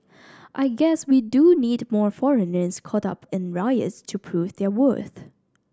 I guess we do need more foreigners caught up in riots to prove their worth